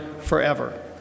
forever